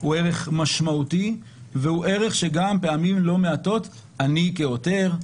הוא ערך משמעותי והוא ערך שגם פעמים לא מעטות אני כעותר,